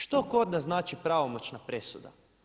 Što kod nas znači pravomoćna presuda?